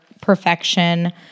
perfection